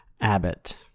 Abbott